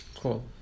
Cool